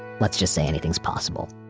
let's just say anything's possible